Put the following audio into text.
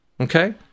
Okay